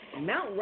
Mount